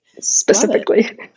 Specifically